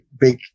big